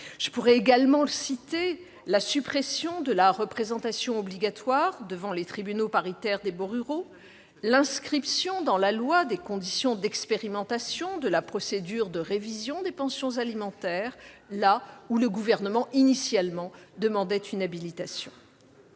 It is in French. Je pourrais également citer la suppression de la représentation obligatoire devant les tribunaux paritaires des baux ruraux, l'inscription dans la loi des conditions d'expérimentation de la procédure de révision des pensions alimentaires, là où le Gouvernement demandait initialement une habilitation.